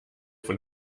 von